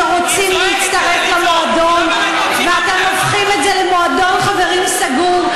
שרוצים להצטרף למועדון ואתם הופכים את זה למועדון חברים סגור.